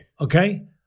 Okay